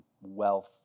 wealth